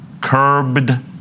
curbed